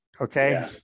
Okay